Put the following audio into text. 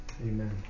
Amen